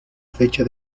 fecha